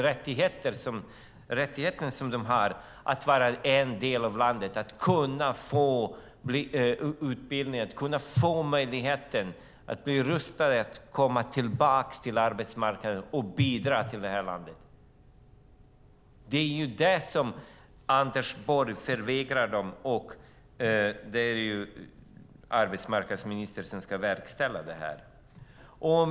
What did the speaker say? Deras rätt att få utbildning och få möjligheten att bli rustade för att komma tillbaka till arbetsmarknaden och bidra till det här landet förvägrar Anders Borg dem, och det är arbetsmarknadsministern som ska verkställa det här.